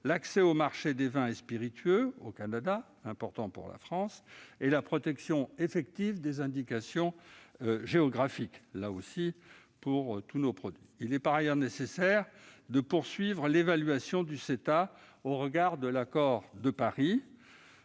l'accès au marché des vins et spiritueux au Canada, lui aussi important pour la France, et la protection effective des indications géographiques de tous nos produits. Il est par ailleurs nécessaire de poursuivre l'évaluation du CETA au regard de l'accord de Paris.